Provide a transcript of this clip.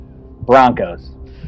Broncos